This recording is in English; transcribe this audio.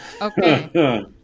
okay